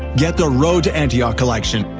get the road to antioch collection,